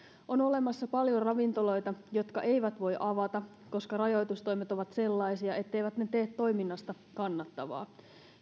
on olemassa paljon ravintoloita jotka eivät voi avata koska rajoitustoimet ovat sellaisia etteivät ne tee toiminnasta kannattavaa